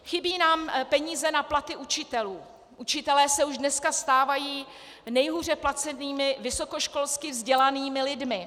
Chybí nám peníze na platy učitelů, učitelé se už dneska stávají nejhůře placenými vysokoškolsky vzdělanými lidmi.